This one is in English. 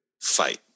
fight